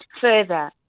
further